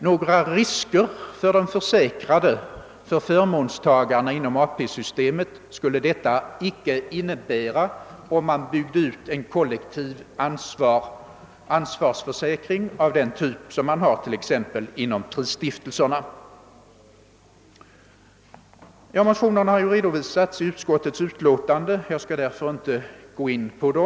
Några risker för de försäkrade, för förmånstagarna inom ATP-systemet, skulle detta icke innebära, om man byggde ut en kollektiv ansvarsförsäkring av den typ som man har t.ex. inom PRI-stiftelserna. Motionen har ju redovisats i utskottets utlåtande, och jag skall därför inte gå in på den.